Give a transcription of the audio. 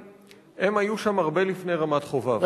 הם היו שם הרבה לפני רמת-חובב.